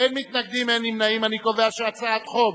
חוק